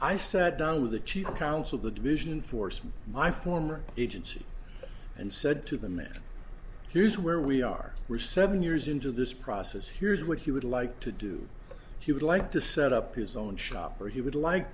i sat down with the chief counsel of the division force from my former agency and said to them that here's where we are we're seven years into this process here's what he would like to do he would like to set up his own shop or he would like